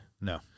No